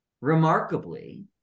remarkably